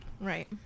Right